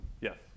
Yes